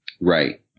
Right